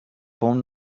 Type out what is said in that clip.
phone